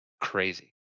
crazy